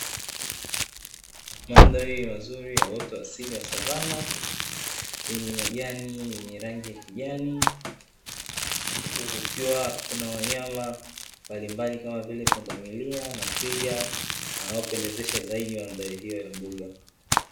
Mandhari mazuri ya uoto wa asili wa savana, yenye majani yenye rangi ya kijani, huku kukiwa kuna wanyama mbalimbali kama vile pundamilia na twiga wanaopendezesha zaidi mandhari hiyo ya mbuga.